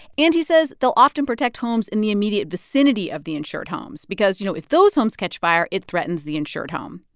and he says they'll often protect homes in the immediate vicinity of the insured homes because, you know, if those homes catch fire, it threatens the insured home.